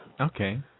Okay